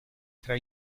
tra